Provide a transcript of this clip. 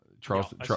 Charleston